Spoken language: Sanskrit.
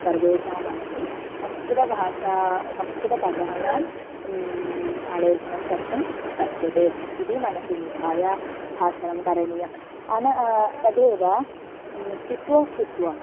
सर्वेषां मनसि संस्कृतभाषा संस्कृतपदानां लेखनं कर्तुं शक्यते इति मनसि निधाय भाषणं करणीयम् अनेन तदेव स्थित्वा स्थित्वा